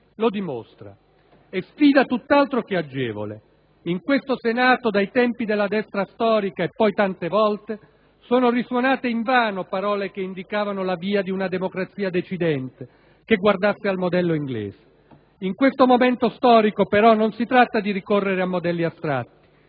lo dimostra. È una sfida tutt'altro che agevole: in questo Senato, dai tempi della destra storica, e poi tante e tante volte, sono risuonate invano parole che indicavano la via di una democrazia decidente che guardasse al modello inglese. In questo momento storico, però, non si tratta di rincorrere modelli astratti.